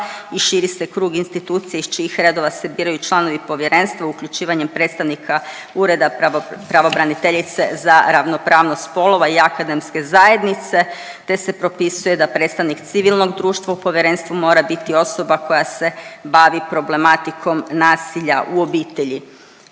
i širi se krug institucija iz čijih redova se biraju članovi povjerenstva uključivanjem predstavnika ureda pravobraniteljice za ravnopravnost spolova i akademske zajednice te se propisuje da predstavnik civilnog društva u povjerenstvu mora biti osoba koja se bavi problematikom nasilja u obitelji.